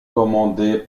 commandé